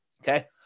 Okay